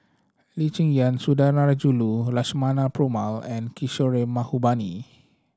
Lee Cheng Yan Sundarajulu Lakshmana Perumal and Kishore Mahbubani